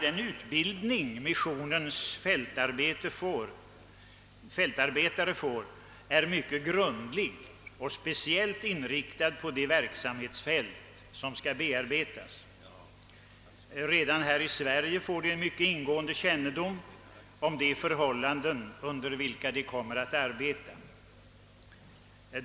Den utbildning som missionens fältarbetare får är mycket grundlig och speciellt inriktad på de verksamhetsfält som skall bearbetas. Dessa arbetare får redan här i Sverige en mycket ingående kännedom om de förhållanden som de skall arbeta under.